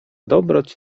dobroć